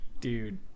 dude